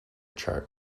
chart